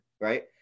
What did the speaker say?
right